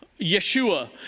Yeshua